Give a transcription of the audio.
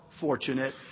fortunate